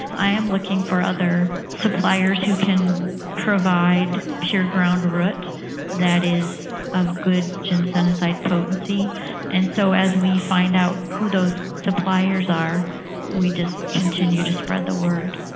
i am looking for other suppliers who can provide pure ground root that is of good ginsengicide potency and so as we find out who those suppliers are we just continue to spread the word.